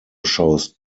shows